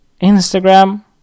Instagram